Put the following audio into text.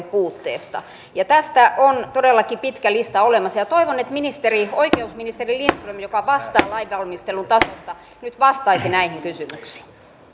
puutteesta tästä on todellakin pitkä lista olemassa ja toivon että oikeusministeri lindström joka vastaa lainvalmistelun tasosta nyt vastaisi näihin kysymyksiin